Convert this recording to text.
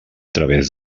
través